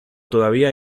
todavía